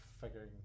figuring